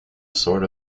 sort